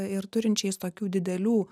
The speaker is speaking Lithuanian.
ir turinčiais tokių didelių